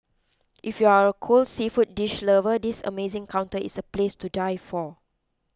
if you are a cold seafood dish lover this amazing counter is a place to die for